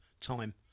time